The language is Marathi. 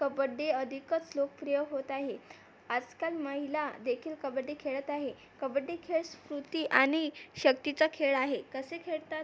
कबड्डी अधिकच लोकप्रिय होत आहे आजकाल महिला देखील कबड्डी खेळत आहे कबड्डी खेळ स्फूर्ती आणि शक्तीचा खेळ आहे कसे खेळतात